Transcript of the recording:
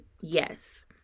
yes